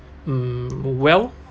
mm well